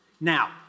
Now